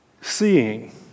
seeing